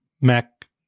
Mac